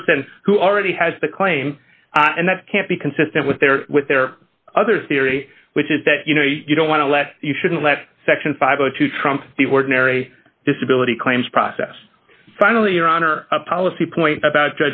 person who already has the claim and that can't be consistent with their with their other theory which is that you know you don't want to let you shouldn't let section five go to trump the ordinary disability claims process finally your honor a policy point about